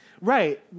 Right